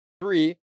three